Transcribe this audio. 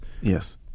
Yes